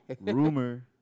rumor